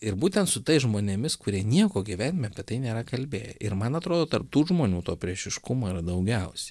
ir būtent su tais žmonėmis kurie nieko gyvenime apie tai nėra kalbėję ir man atrodo tarp tų žmonių to priešiškumo yra daugiausia